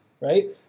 right